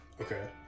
Okay